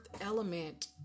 element